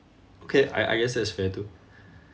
okay I I guess that's fair too